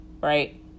Right